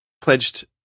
pledged